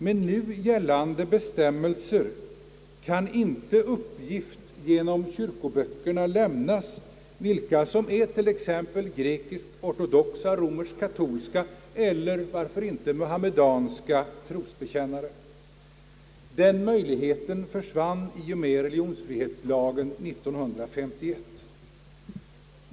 Med nu gällande bestämmelser kan inte uppgift genom kyrkoböckerna lämnas om vilka som är t.ex. grekisk-ortodoxa, romersk-katolska eller — varför inte — muhammedanska trosbekännare. Den möjligheten försvann i och med religionsfrihetslagen år 1951.